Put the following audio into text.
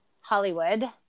Hollywood